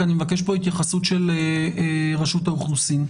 כי אני מבקש פה התייחסות של רשות האוכלוסין.